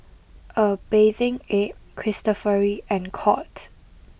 a Bathing Ape Cristofori and Courts